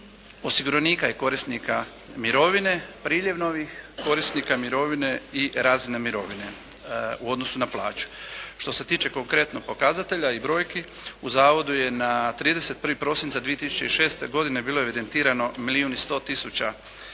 osiguranika i korisnika mirovine. Priljev novih korisnika mirovine i razne mirovine u odnosu na plaću. Što se tiče konkretno pokazatelja i brojki u Zavodu je na 31. prosinca 2006. godine bilo evidentirano milijun